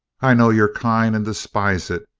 i know your kind and despise it.